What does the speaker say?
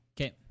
Okay